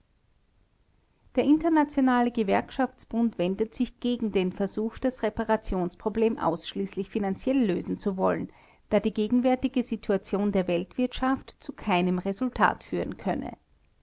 der internationale gewerkschaftsbund wendet sich gegen den versuch das reparationsproblem ausschließlich finanziell lösen zu wollen da die gegenwärtige situation der weltwirtschaft zu keinem resultat führen könne